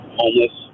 homeless